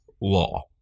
law